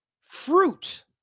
fruit